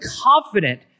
confident